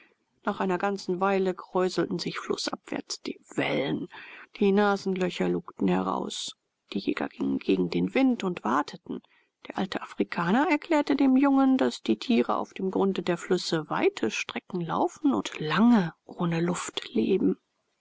nach einer ganzen weile kräuselten sich flußabwärts die wellen die nasenlöcher lugten heraus die jäger gingen gegen den wind und warteten der alte afrikaner erklärte dem jungen daß die tiere auf dem grunde der flüsse weite strecken laufen und lange ohne luft leben